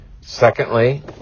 Secondly